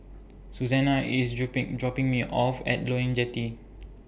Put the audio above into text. Susanna IS dripping dropping Me off At Loyang Jetty